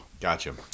Gotcha